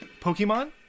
Pokemon